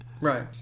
Right